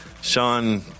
Sean